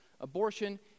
Abortion